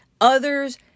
Others